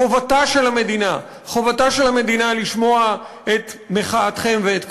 חובתה של המדינה לשמוע את מחאתכם ואת קולכם.